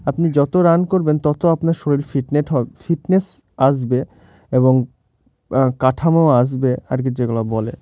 আপনি যত রান করবেন তত আপনার শরীর ফিটনেট হবে ফিটনেস আসবে এবং কাঠামো আসবে আর কি যেগুলো বলে